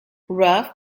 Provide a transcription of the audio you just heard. ruff